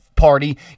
party